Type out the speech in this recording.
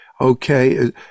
okay